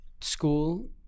school